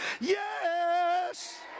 yes